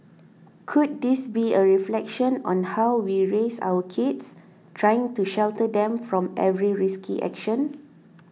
could this be a reflection on how we raise our kids trying to shelter them from every risky action